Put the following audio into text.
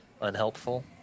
unhelpful